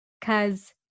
Cause